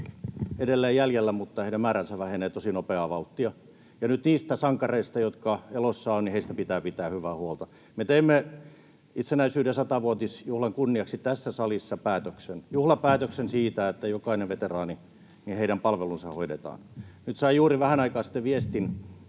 edelleen jäljellä, mutta heidän määränsä vähenee tosi nopeaa vauhtia, ja nyt niistä sankareista, jotka elossa ovat, pitää pitää hyvää huolta. Me teimme itsenäisyyden 100-vuotisjuhlan kunniaksi tässä salissa päätöksen, juhlapäätöksen siitä, että jokaisen veteraanin palvelut hoidetaan. Sain juuri vähän aikaa sitten viestin,